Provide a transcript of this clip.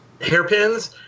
Hairpins